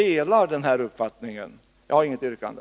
Jag har, fru talman, inget yrkande.